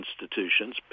institutions